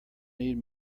need